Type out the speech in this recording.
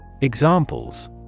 Examples